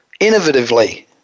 innovatively